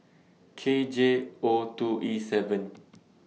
K J O two E seven